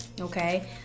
okay